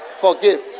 forgive